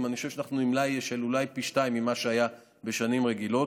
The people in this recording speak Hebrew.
אני חושב שאנחנו עם מלאי של אולי פי שניים ממה שהיה בשנים רגילות,